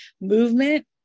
movement